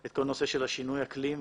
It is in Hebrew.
את נושא שינוי האקלים.